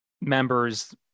members